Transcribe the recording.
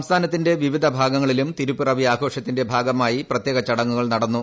സംസ്ഥാനത്തിന്റെ വിവിധഭാഗങ്ങളിലും തിരുപ്പിറവി ആഘോഷത്തിന്റെ ഭാഗമായി പ്രത്യേക ചടങ്ങുകൾ നടന്നു